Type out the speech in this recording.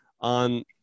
on